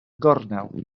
gornel